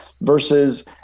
versus